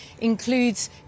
includes